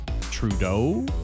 Trudeau